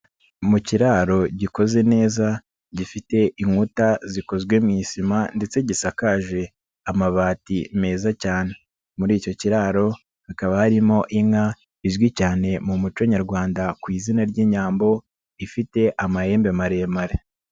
Mu kiraro gikoze neza gifite inkuta zikozwe mu isima ndetse gisakaje amabati meza cyane, muri icyo kiraro hakaba harimo inka izwi cyane mu muco nyarwanda ku izina ry'inyambo, ifite amahembe maremare.